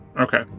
Okay